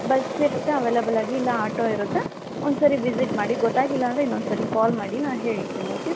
ಬಸ್ಸಿರುತ್ತೆ ಅವೈಲಬಲಾಗಿ ಇಲ್ಲ ಆಟೋ ಇರುತ್ತೆ ಒಂದ್ಸರಿ ವಿಸಿಟ್ ಮಾಡಿ ಗೊತ್ತಾಗಿಲ್ಲ ಅಂದರೆ ಇನ್ನೊಂದ್ಸರಿ ಕಾಲ್ ಮಾಡಿ ನಾನು ಹೇಳ್ತೀನಿ ಓಕೆ